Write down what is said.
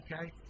Okay